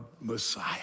Messiah